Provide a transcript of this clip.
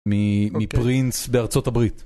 מפרינס בארצות הברית